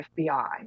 FBI